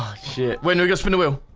shit where no guys from the wheel